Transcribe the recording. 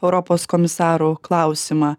europos komisarų klausimą